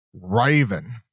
Raven